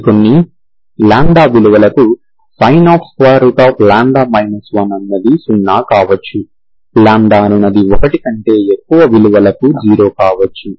మరియు కొన్ని λ విలువలకు sinλ 1 అనునది 0 కావచ్చు λ అనునది 1 కంటే ఎక్కువ విలువలకు 0 కావచ్చు